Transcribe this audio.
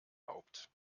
haupt